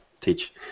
teach